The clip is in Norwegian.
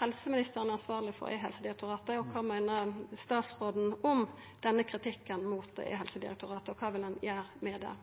helseministeren er ansvarleg for e-helsedirektoratet. Kva meiner statsråden om denne kritikken mot e-helsedirektoratet, og kva vil han gjera med det?